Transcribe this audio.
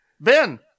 Ben